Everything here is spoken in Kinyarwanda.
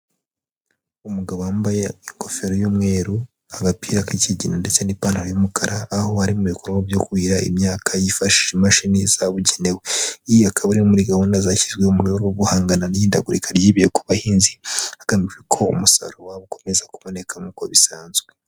Umugabo wambaye ingofero y'umweru, agapira k'ikigina ndetse n'ipantaro y'umukara, aho ari mu bikorwa byo kuhira imyaka yifashishije imashini zabugenewe, iyi akaba ari imwe muri gahunda zashyizweho mu rwego rwo guhangana n'ihindagurika ry'ibihe ku bahinzi hagamijwe ko umusaruro wabo ukomeza kuboneka nk'uko bisanzwe.